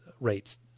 rates